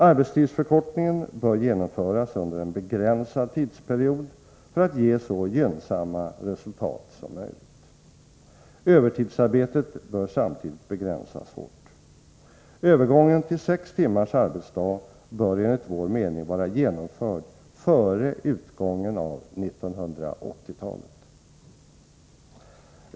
Arbetstidsförkortningen bör genomföras under en begränsad tidsperiod för att ge så gynnsamma resultat som möjligt. Övertidsarbetet bör samtidigt begränsas hårt. Övergången till sex timmars arbetsdag bör enligt vår mening vara genomförd före utgången av 1980-talet.